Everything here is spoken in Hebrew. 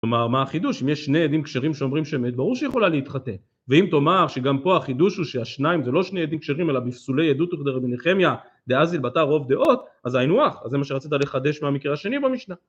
כלומר, מה החידוש? אם יש שני עדים כשרים שומרים שמת, ברור שיכולה להתחתן. ואם תאמר שגם פה החידוש הוא שהשניים זה לא שני עדים כשרים, אלא בפסולי עדות יחדי רביניכמיה, דאזיל בתה רוב דעות, אז היינו הך. אז זה מה שרצית לחדש מהמקרה השני במשנה.